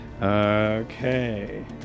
Okay